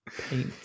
Paint